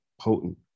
potent